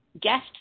Guest